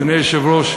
אדוני היושב-ראש,